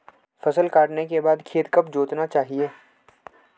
फसल काटने के बाद खेत कब जोतना चाहिये?